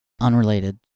unrelated